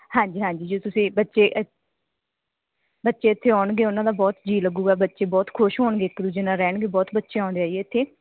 ਹਾਂਜੀ ਹਾਂਜੀ ਜੇ ਤੁਸੀਂ ਬੱਚੇ ਇਤ ਬੱਚੇ ਇੱਥੇ ਆਉਣਗੇ ਉਨ੍ਹਾਂ ਦਾ ਬਹੁਤ ਜੀਅ ਲੱਗੇਗਾ ਬੱਚੇ ਬਹੁਤ ਖੁਸ਼ ਹੋਣਗੇ ਇੱਕ ਦੂਜੇ ਨਾਲ ਰਹਿਣਗੇ ਬਹੁਤ ਬੱਚੇ ਆਉਂਦੇ ਆ ਜੀ ਇੱਥੇ